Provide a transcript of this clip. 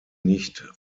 nicht